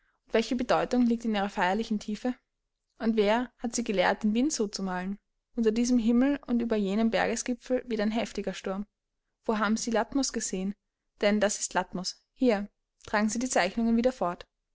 welche bedeutung liegt in ihrer feierlichen tiefe und wer hat sie gelehrt den wind zu malen unter diesem himmel und über jenem bergesgipfel weht ein heftiger sturm wo haben sie latmos gesehen denn das ist latmos hier tragen sie die zeichnungen wieder fort